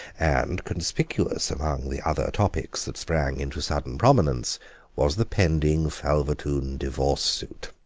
and conspicuous among the other topics that sprang into sudden prominence was the pending falvertoon divorce suit.